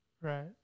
Right